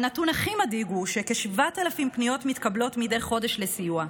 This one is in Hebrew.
והנתון הכי מדאיג הוא שכ-7,000 פניות מתקבלות מדי חודש לסיוע.